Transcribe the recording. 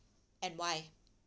and why